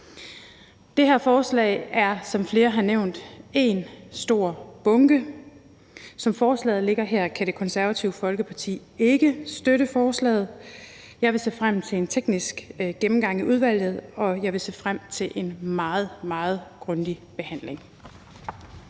Det her forslag er, som flere har nævnt, én stor bunke. Som forslaget ligger her, kan Det Konservative Folkeparti ikke støtte forslaget. Jeg vil se frem til en teknisk gennemgang i udvalget, og jeg vil se frem til en meget, meget grundig behandling.